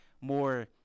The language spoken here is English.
more